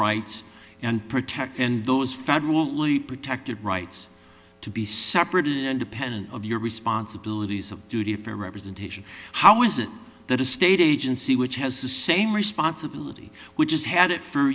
rights and protect and those federally protected rights to be separate independent of your responsibilities of duty of fair representation how is it that a state agency which has the same responsibility which is had it for